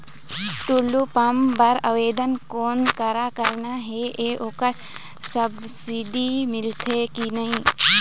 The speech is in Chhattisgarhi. टुल्लू पंप बर आवेदन कोन करा करना ये ओकर सब्सिडी मिलथे की नई?